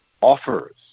offers